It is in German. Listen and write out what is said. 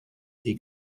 die